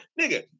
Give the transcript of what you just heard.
Nigga